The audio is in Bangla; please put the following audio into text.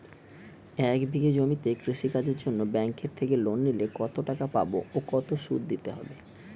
এক বিঘে জমিতে কৃষি কাজের জন্য ব্যাঙ্কের থেকে লোন নিলে কত টাকা পাবো ও কত শুধু দিতে হবে?